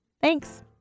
Thanks